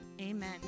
amen